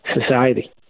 society